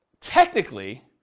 technically